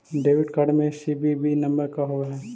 Debit card में CVV number का होव हइ?